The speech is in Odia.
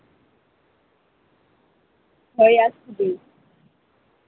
ଭାଇ ଆସିବି